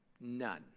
none